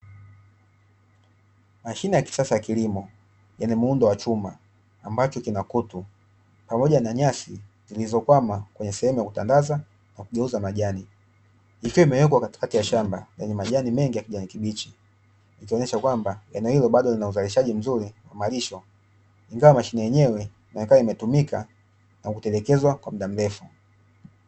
Mashine ya kisasa ya kilimo yenye muundo wa chuma, ambacho kina kutu, pamoja na nyasi zilizokwama kwenye sehemu ya kutandaza na kugeuza majani. Ikiwa imewekwa katikati ya shamba, yenye majani mengi ya kijani kibichi. Ikionyesha kwamba, eneo hilo bado lina uzalishaji mzuri wa malisho, ingawa mashine yenyewe imeonekana imetumika na kutelekezwa kwa muda mrefu .